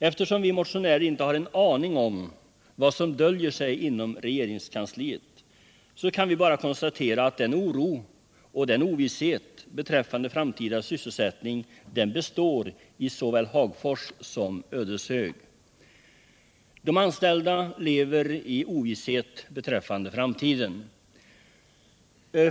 Eftersom vi motionärer inte har en aning om vad som döljer sig inom regeringskansliet, så kan vi bara konstatera att oron och ovissheten beträffande framtida sysselsättning består i såväl Hagfors som Ödeshög. De anställda lever i ovisshet beträffande framtiden.